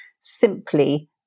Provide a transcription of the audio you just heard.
simply